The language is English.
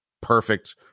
perfect